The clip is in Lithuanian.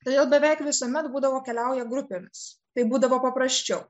todėl beveik visuomet būdavo keliauja grupėmis taip būdavo paprasčiau